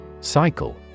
Cycle